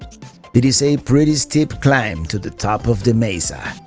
it is a pretty steep climb to the top of the mesa.